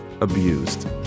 abused